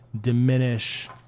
diminish